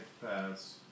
pass